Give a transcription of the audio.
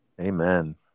amen